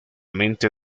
mente